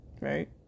right